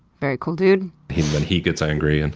very cool dude, then he gets angry. and